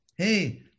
Hey